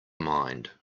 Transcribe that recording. mind